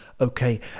okay